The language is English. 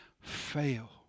fail